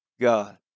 God